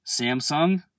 Samsung